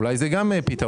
אולי זה גם פתרון.